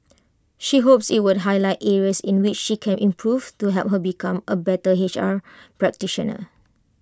she hopes IT would highlight areas in which she can improve to help her become A better H R practitioner